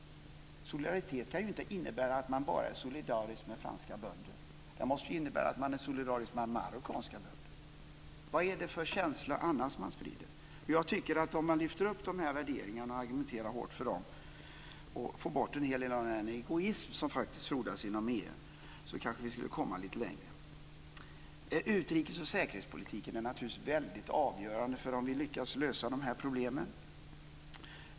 Solidaritet kan ju inte innebära att man bara är solidarisk med franska bönder. Det måste innebära att man är solidarisk med marockanska bönder. Vad är det annars för känsla man sprider? Om man lyfter upp dessa värderingar och argumenterar hårt för dem och får bort en hel del av den egoism som faktiskt frodas inom EU skulle vi kanske komma lite längre. Utrikes och säkerhetspolitiken är naturligtvis väldigt avgörande för om vi lyckas lösa dessa problem.